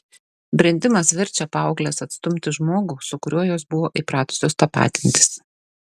brendimas verčia paaugles atstumti žmogų su kuriuo jos buvo įpratusios tapatintis